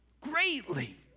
Greatly